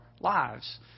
lives